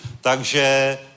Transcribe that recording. takže